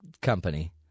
company